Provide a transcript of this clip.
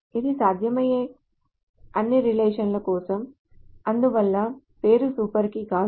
ఇది సాధ్యమయ్యే అన్ని రిలేషన్ ల కోసం అందువల్ల పేరు సూపర్ కీ కాదు